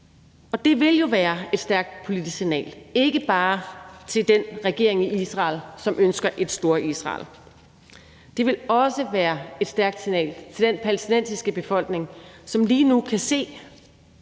Det ville jo være et stærkt politisk signal, ikke bare til den regering i Israel, som ønsker et Storisrael, men også til den palæstinensiske befolkning, som lige nu kan se